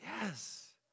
Yes